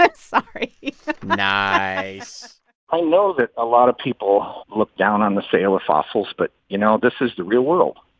but sorry nice i know that a lot of people look down on the sale of fossils. but you know, this is the real world.